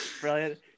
brilliant